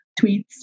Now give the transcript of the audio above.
tweets